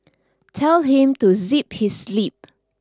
tell him to zip his lip